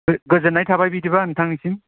गोजोननाय थाबाय बिदिबा नोंथांनिसिम